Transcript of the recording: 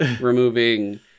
removing